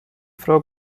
frau